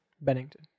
Bennington